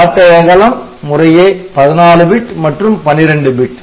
பாட்டை அகலம் முறையே 14 பிட் மற்றும் 12 பிட்